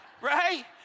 right